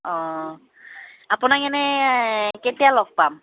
অঁ আপোনাক এনেই কেতিয়া লগ পাম